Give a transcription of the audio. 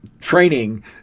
training